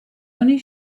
only